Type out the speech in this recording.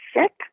sick